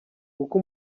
kuko